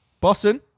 Boston